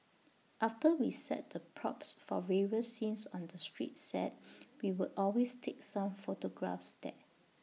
after we set the props for various scenes on the street set we would always take some photographs there